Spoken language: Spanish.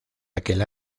aquel